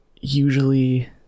usually